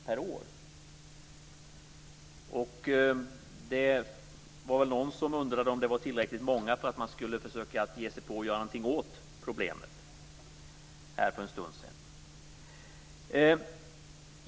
Det var någon som för en stund sedan undrade om det var tillräckligt många för att man skulle försöka göra något åt problemet.